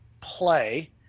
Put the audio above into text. play